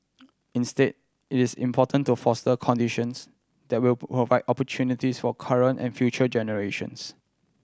instead it is important to foster conditions that will provide opportunities for current and future generations